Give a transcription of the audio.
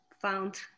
found